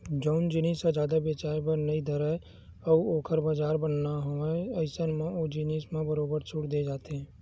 जउन जिनिस ह जादा बेचाये बर नइ धरय अउ ओखर बजार बनाना हवय अइसन म ओ जिनिस म बरोबर छूट देय जाथे